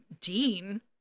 Dean